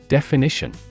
Definition